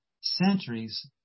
centuries